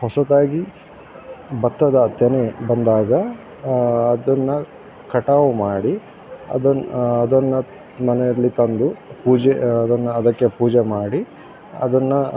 ಹೊಸದಾಗಿ ಭತ್ತದ ತೆನೆ ಬಂದಾಗ ಅದನ್ನು ಕಟಾವು ಮಾಡಿ ಅದನ್ನು ಅದನ್ನು ಮನೆಯಲ್ಲಿ ತಂದು ಪೂಜೆ ಅದನ್ನು ಅದಕ್ಕೆ ಪೂಜೆ ಮಾಡಿ ಅದನ್ನು